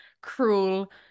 cruel